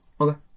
Okay